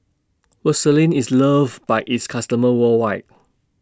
Vaselin IS loved By its customers worldwide